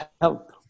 help